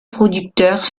producteurs